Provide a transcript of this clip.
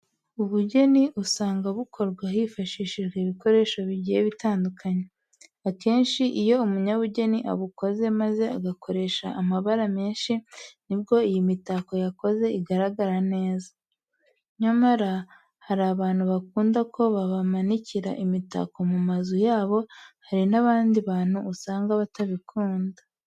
Ubugeni usanga bukorwa hifashishijwe ibikoresho bigiye bitandukanye. Akenshi iyo umunyabugeni abukoze maze agakoresha amabara menshi nibwo iyi mitako yakoze igaragara neza. Nyamara nubwo hari abantu bakunda ko babamanikira imitako mu mazu yabo, hari n'abandi bantu usanga batabikunda.